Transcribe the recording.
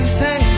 say